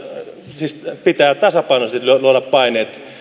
siis pitää tasapainoisesti luoda paineet